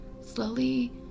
slowly